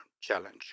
challenge